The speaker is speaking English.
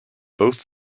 both